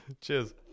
Cheers